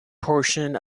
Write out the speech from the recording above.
portion